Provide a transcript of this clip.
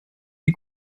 die